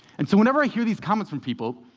and so whenever i hear these comments from people,